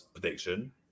prediction